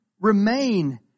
remain